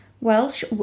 Welsh